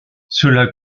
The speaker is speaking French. cela